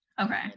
Okay